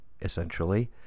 essentially